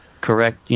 correct